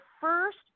first